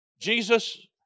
Jesus